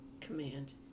Command